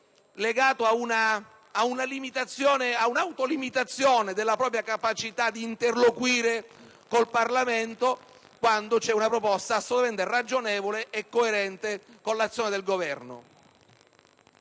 legato a un'autolimitazione della propria capacità di interloquire con il Parlamento quando c'è una proposta assolutamente ragionevole e coerente con l'azione del Governo.